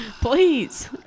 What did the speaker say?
please